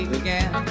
again